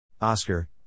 Oscar